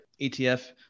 ETF